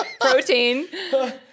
protein